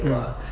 mm